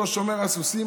אותו שומר סוסים.